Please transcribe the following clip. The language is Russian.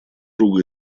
друга